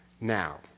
now